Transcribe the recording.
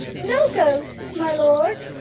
no ghosts, my lord,